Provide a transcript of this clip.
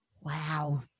wow